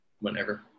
whenever